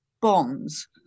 bonds